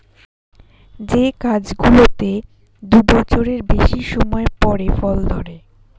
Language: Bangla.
যে গাছগুলোতে দু বছরের বেশি সময় পরে ফল ধরে